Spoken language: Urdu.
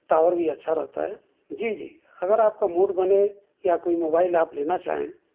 ٹاور بھی اچھا رہتا ہے جی جی اگر آپ کا موڈ بنے یا کوئی موبائل آپ لینا چاہیں